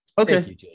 okay